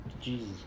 Jesus